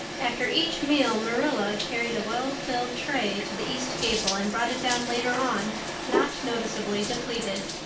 after each meal marilla carried a well-filled tray to the east gable and brought it down later on not noticeably depleted.